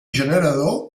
generador